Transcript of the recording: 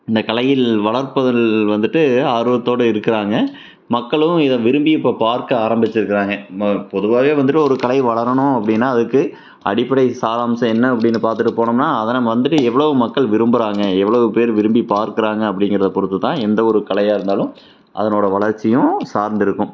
இந்த கலையில் வளர்ப்பவர்கள் வந்துவிட்டு ஆர்வத்தோட இருக்கிறாங்க மக்களும் இதை விரும்பி இப்போ பார்க்க ஆரம்பித்திருக்காங்க பொதுவாகவே வந்துவிட்டு ஒரு கலை வளரணும் அப்படின்னா அதுக்கு அடிப்படை சாராம்சம் என்ன அப்படின்னு பார்த்துட்டு போனோம்னா அதை நம்ம வந்துவிட்டு எவ்ளோ மக்கள் விரும்புகிறாங்க எவ்ளோ பேர் விரும்பி பார்க்கிறாங்க அப்படிங்கிறத பொறுத்துதான் எந்த ஒரு கலையாக இருந்தாலும் அதனோட வளர்ச்சியும் சார்ந்திருக்கும்